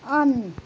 on